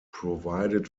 provided